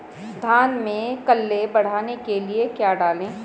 धान में कल्ले बढ़ाने के लिए क्या डालें?